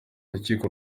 rukiko